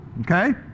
Okay